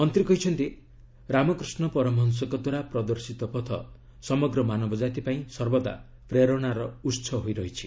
ମନ୍ତ୍ରୀ କହିଛନ୍ତି ରାମକୃଷ୍ଣ ପରମହଂସଙ୍କ ଦ୍ୱାରା ପ୍ରଦର୍ଶିତ ପଥ ସମଗ୍ର ମାନବ ଜାତି ପାଇଁ ସର୍ବଦା ପ୍ରେରଣାର ଉସ ହୋଇ ରହିଛି